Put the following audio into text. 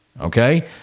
Okay